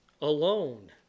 Alone